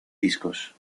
discos